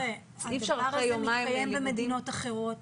אי אפשר אחרי יומיים ללימודים --- זה מתקיים במדינות אחרות.